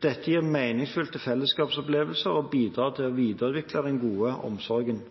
Dette gir meningsfulle fellesskapsopplevelser og bidrar til å videreutvikle den gode omsorgen.